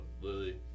Lily